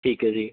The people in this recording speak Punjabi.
ਠੀਕ ਹੈ ਜੀ